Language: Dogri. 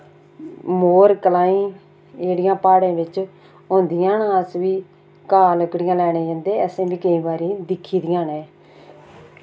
मोरकलायीं एह् जेह्ड़ियां पहाड़ें बिच होंदियां न अस बी घा लकड़ियां लैने जन्दे असें बी केईं बारी दिक्खी दियां न एह्